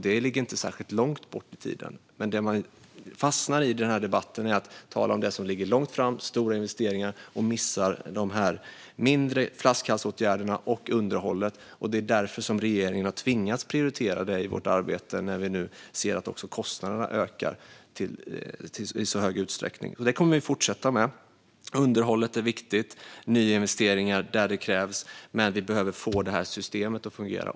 Det ligger inte särskilt långt bort i tiden. Det man i den här debatten fastnar i är att tala om det som ligger långt fram och stora investeringar. Man missar de mindre flaskhalsåtgärderna och underhållet. Det är därför som regeringen har tvingats att prioritera detta i sitt arbete när vi nu ser att kostnaderna ökar så mycket. Det kommer vi att fortsätta med. Underhållet är viktigt. Det ska göras nyinvesteringar där det behövs. Men vi behöver få systemet att fungera.